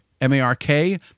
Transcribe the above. M-A-R-K